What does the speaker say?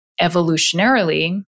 evolutionarily